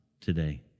today